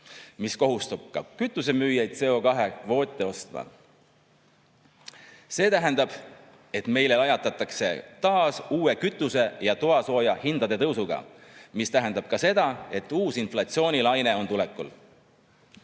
mis kohustab ka kütusemüüjaid CO2-kvoote ostma. See tähendab, et meile lajatatakse taas uue kütuse- ja toasoojahindade tõusuga, mis tähendab ka seda, et uus inflatsioonilaine on tulekul.